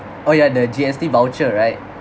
oh ya the G_S_T voucher right